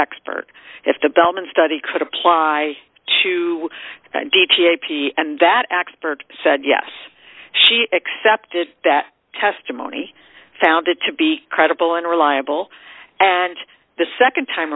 expert if the bellman study could apply to d t a p and that expert said yes she excepted that testimony found it to be credible and reliable and the nd time